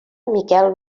miquel